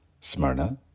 Smyrna